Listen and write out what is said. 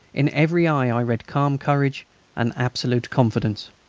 in every eye i read calm courage and absolute confidence.